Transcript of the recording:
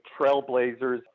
trailblazers